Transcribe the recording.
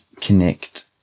connect